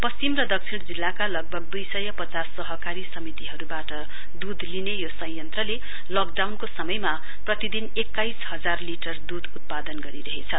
पश्चिम र दक्षिण जिल्लाका लगभग दुई सय पचास सहकारी समितिहरूबाट दूध लिने यो संयन्त्रले लकडाउनको समयमा प्रतिदिन एक्काइस हजार लिटर दूध उत्पादन गरिरहेछ